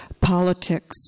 politics